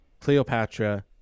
Cleopatra